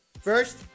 First